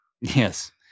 Yes